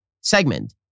segment